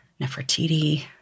Nefertiti